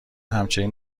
همچین